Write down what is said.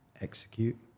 execute